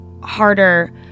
harder